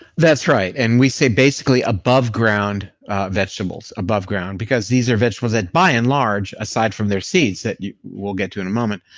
that's right, and we say basically above ground vegetables, above ground because these are vegetables that by and large, aside from their seeds, that we'll get to in a moment,